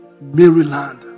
Maryland